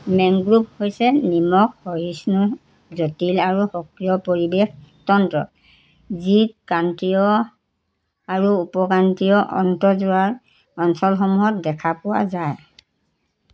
mangrove হৈছে নিমখ সহিষ্ণু জটিল আৰু সক্ৰিয় পৰিৱেশ তন্ত্ৰ যি ক্ৰান্তীয় আৰু উপ ক্ৰান্তীয় আন্তঃজোৱাৰ অঞ্চলসমূহত দেখা পোৱা যায়